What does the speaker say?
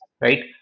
right